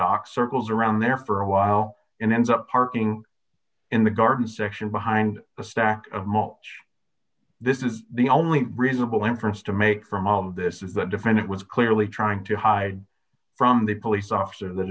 dock circles around there for a while and ends up parking in the garden section behind the stack of mulch this is the only reasonable inference to make from all of this is that defendant was clearly trying to hide from the police officer that